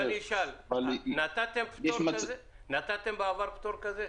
נתתם בעבר פטור כזה?